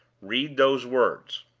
read those words.